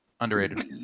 Underrated